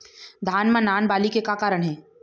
धान म नान बाली के का कारण हे?